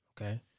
Okay